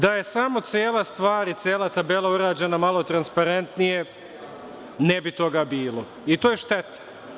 Da je samo cela stvar i cela tabela urađena malo transparentnije ne bi toga bilo i to je šteta.